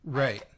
right